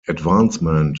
advancement